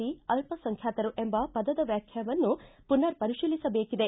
C ಅಲ್ಲಸಂಖ್ಯಾತರು ಎಂಬ ಪದದ ವ್ಯಾಖ್ಯೆಯನ್ನು ಪುನರ್ ಪರಿಶೀಲಿಸಬೇಕಿದೆ